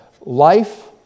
life